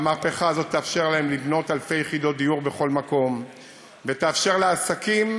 והמהפכה הזאת תאפשר להם לבנות אלפי יחידות דיור בכל מקום ותאפשר לעסקים